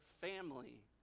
family